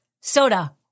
Soda